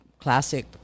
classic